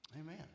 Amen